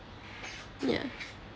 yeah